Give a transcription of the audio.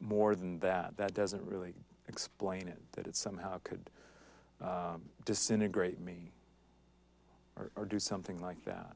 more than that that doesn't really explain it that it somehow could disintegrate me or do something like that